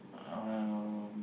um